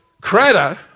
Crater